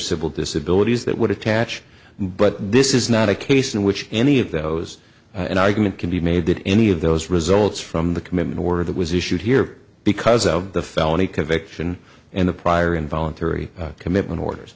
civil disabilities that would attach but this is not a case in which any of those an argument can be made that any of those results from the commitment word that was issued here because of the felony conviction and the prior involuntary commitment orders